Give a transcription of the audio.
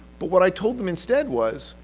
but what i told them instead was,